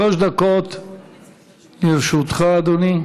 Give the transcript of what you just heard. שלוש דקות לרשותך, אדוני.